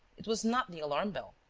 it was not the alarm-bell,